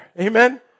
Amen